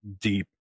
deep